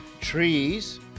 trees